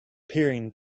peering